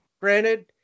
Granted